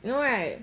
you know right